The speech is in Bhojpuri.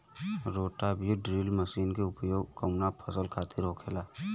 रोटा बिज ड्रिल मशीन के उपयोग कऊना फसल खातिर होखेला?